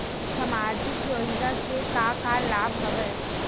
सामाजिक योजना के का का लाभ हवय?